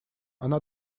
она